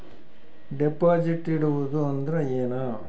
Deposit ಇಡುವುದು ಅಂದ್ರ ಏನ?